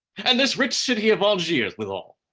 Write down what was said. and this rich city of angiers withal.